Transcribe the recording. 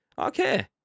Okay